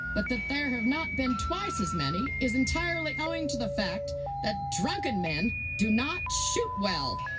but that there have not been twice as many is entirely owing to the fact that drunken men do not shoot well.